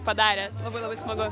padarė labai labai smagu